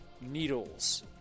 needles